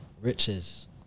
riches